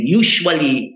usually